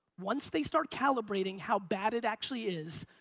once they start calibrating how bad it actually is,